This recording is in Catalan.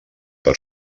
per